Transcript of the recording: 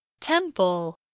Temple